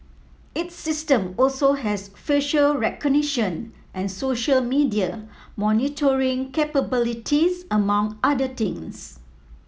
its system also has facial recognition and social media monitoring capabilities among other things